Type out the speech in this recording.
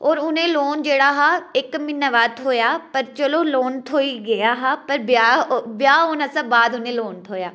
पर उ'नें ई लोन जेह्ड़ा हा ओह् इक्क म्हीने दे बाद थ्होआ हा चलो लोन थ्होई गेआ हा पर ब्याह ब्याह् होने शा बाद लोन थ्होआ